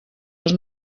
els